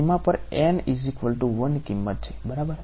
સીમા પર કિંમત છે બરાબર